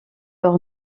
leur